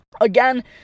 Again